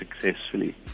successfully